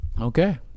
okay